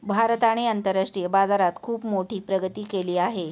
भारताने आंतरराष्ट्रीय बाजारात खुप मोठी प्रगती केली आहे